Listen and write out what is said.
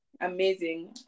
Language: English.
amazing